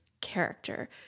character